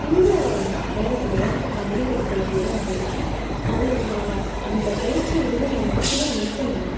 இந்த நேரத்தில் தான் நான் முடிவெடுக்க வேண்டியதாக இருந்தது அவளுக்கு நான் அந்த பயிற்சிலிருந்து நான் முற்றிலும் நிறுத்தணுமா